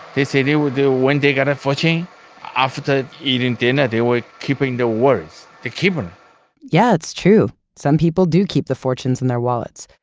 they say they will do, when they get a fortune after eating dinner, they will keeping the words. they keep them yeah, it's true. some people do keep the fortunes in their wallets.